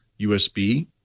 USB